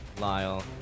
Lyle